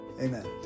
Amen